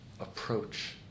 approach